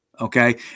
okay